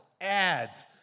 ads